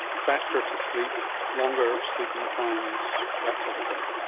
faster to sleep, longer sleeping times, that sort of thing?